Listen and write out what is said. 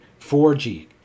4G